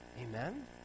Amen